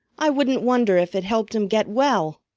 i wouldn't wonder if it helped him get well!